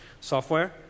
software